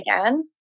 again